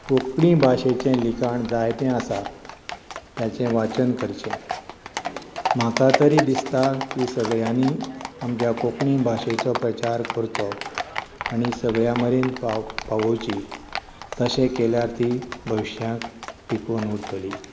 कोंकणी भोशेचें लिखाण जायतें आसा ताचें वाचन करचें म्हाका तरी दिसता की सगळ्यांनी आमच्या कोंकणी भाशेचो प्रचार करचो आनी सगळ्यां मरेन पाव पावोची तशें केल्यार ती भविश्यांत टिकून उरतली